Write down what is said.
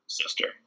sister